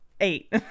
eight